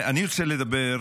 אני רוצה לספר,